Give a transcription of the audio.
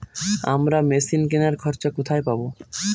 আমরা মেশিন কেনার খরচা কোথায় পাবো?